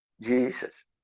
Jesus